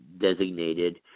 designated